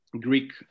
Greek